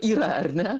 yra ar ne